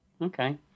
Okay